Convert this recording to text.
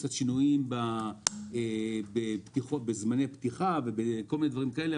קצת שינויים בזמני פתיחה וכל מיני דברים כאלה,